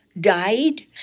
died